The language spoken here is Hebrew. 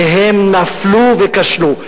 והם נפלו וכשלו.